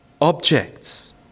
objects